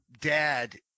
dad